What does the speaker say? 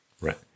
Right